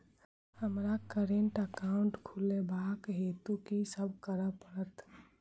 हमरा current account खोलेवाक हेतु की सब करऽ पड़त?